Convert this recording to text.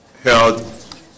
held